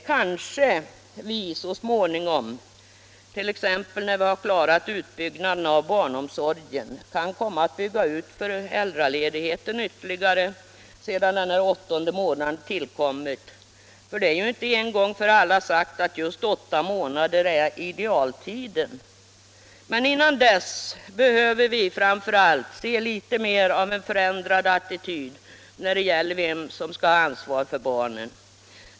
Kanske vi så småningom, t.ex. när vi har klarat utbyggnaden av barn 37 omsorgen, kan komma att bygga ut föräldraledigheten ytterligare sedan den åttonde månaden tillkommit. Det är ju inte en gång för alla sagt att just åtta månader är idealtiden. Men innan dess behöver vi framför allt se litet mer av en förändrad attityd när det gäller vem som skall ha ansvar för barnen.